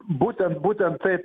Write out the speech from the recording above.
būtent būtent taip